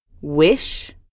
Wish